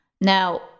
Now